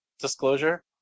disclosure